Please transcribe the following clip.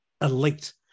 Elite